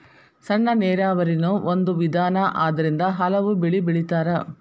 ಸಣ್ಣ ನೇರಾವರಿನು ಒಂದ ವಿಧಾನಾ ಅದರಿಂದ ಹಲವು ಬೆಳಿ ಬೆಳಿತಾರ